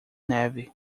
neve